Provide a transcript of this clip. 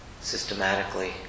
systematically